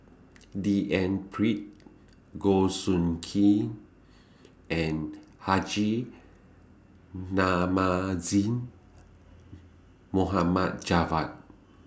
D N Pritt Goh Soo Khim and Haji Namazie Mohad Javad